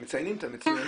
מציינים את המצוינים.